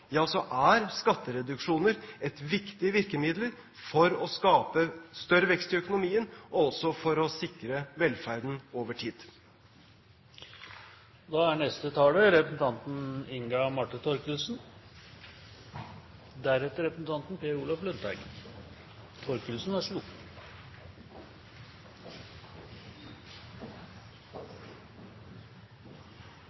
er skattereduksjoner et viktig virkemiddel for å skape større vekst i økonomien og også for å sikre velferden over tid.